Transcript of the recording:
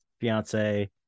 fiance